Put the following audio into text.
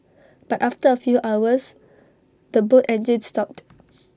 but after A few hours the boat engines stopped